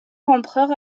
empereur